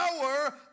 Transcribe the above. power